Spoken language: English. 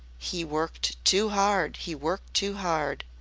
he worked too hard he worked too hard.